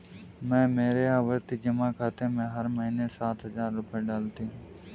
मैं मेरे आवर्ती जमा खाते में हर महीने सात हजार रुपए डालती हूँ